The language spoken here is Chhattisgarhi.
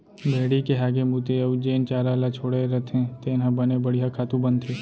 भेड़ी के हागे मूते अउ जेन चारा ल छोड़े रथें तेन ह बने बड़िहा खातू बनथे